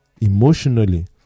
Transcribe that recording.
emotionally